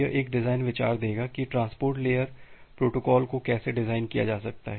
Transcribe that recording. यह एक डिजाइन विचार देगा कि ट्रांसपोर्ट लेयर प्रोटोकॉल को कैसे डिजाइन किया जा सकता है